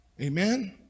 Amen